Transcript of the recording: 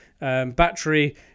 battery